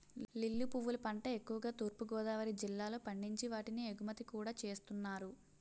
lily పువ్వుల పంట ఎక్కువుగా తూర్పు గోదావరి జిల్లాలో పండించి వాటిని ఎగుమతి కూడా చేస్తున్నారు